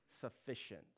sufficient